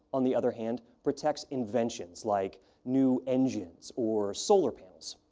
on the other hand, protects inventions, like new engines or solar panels.